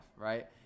right